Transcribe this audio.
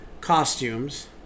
costumes